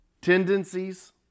tendencies